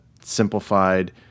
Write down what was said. simplified